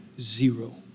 zero